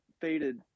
faded